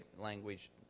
language